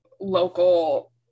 local